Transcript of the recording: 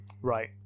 right